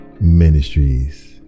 Ministries